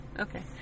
Okay